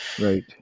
right